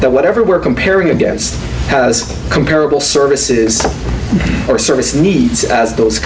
that whatever we're comparing against has comparable services or service needs as those